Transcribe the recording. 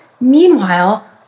Meanwhile